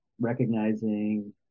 recognizing